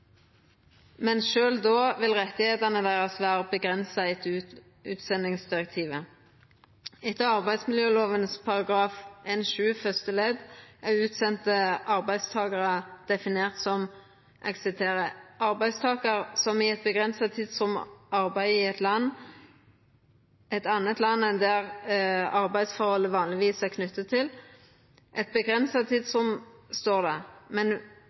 Men sjølv då vil rettane deira vera avgrensa etter utsendingsdirektivet. Etter § 1-7 første ledd i arbeidsmiljølova er utsende arbeidstakarar definerte som slike som «i et begrenset tidsrom arbeider i et annet land enn det arbeidsforholdet vanligvis er knyttet til». Eit avgrensa tidsrom, står det, men